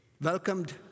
welcomed